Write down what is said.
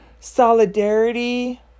solidarity